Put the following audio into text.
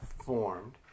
formed